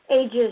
ages